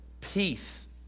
Peace